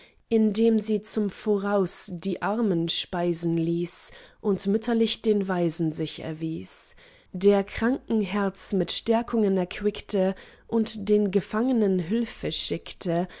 indem sie zum voraus die armen speisen ließ und mütterlich den waisen sich erwies der kranken herz mit stärkungen erquickte und den gefangnen hülfe schickte